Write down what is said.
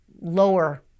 lower